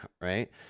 right